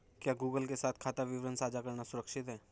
क्या गूगल के साथ खाता विवरण साझा करना सुरक्षित है?